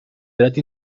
dret